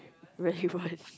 really won't